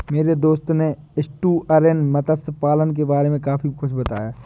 मेरे दोस्त ने एस्टुअरीन मत्स्य पालन के बारे में काफी कुछ बताया